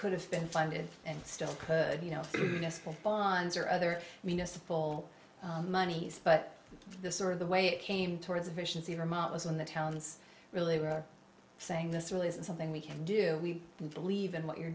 could have been funded and still could you know yes for bonds or other winos a full monies but the sort of the way it came towards efficiency vermont was in the towns really were saying this really isn't something we can do we believe in what you're